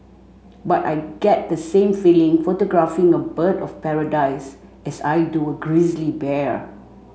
but I get the same feeling photographing a bird of paradise as I do a grizzly bear